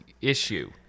issue